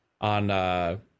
on